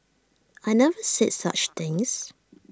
I never said such things